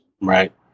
Right